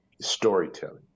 storytelling